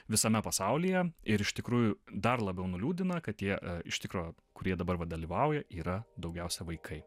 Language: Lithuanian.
visame pasaulyje ir iš tikrųjų dar labiau nuliūdina kad tie iš tikro kurie dabar va dalyvauja yra daugiausia vaikai